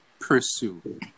pursue